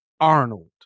Arnold